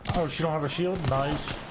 ocean over shield nice